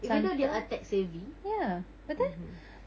even though they are tech savvy mmhmm